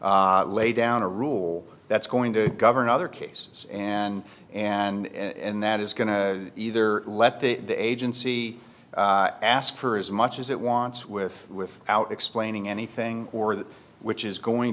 lay down a rule that's going to govern other cases and and that is going to either let the agency ask for as much as it wants with with out explaining anything or that which is going